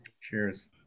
Cheers